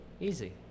Easy